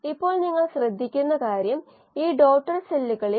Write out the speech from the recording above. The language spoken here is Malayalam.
ചിലപ്പോൾ ബീറ്റ 0 ആകാം ചിലപ്പോൾ ആൽഫ 0 ആകാം